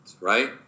right